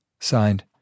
Signed